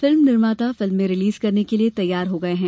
film निर्माता फिल्में release करने के लिये तैयार हो गये हैं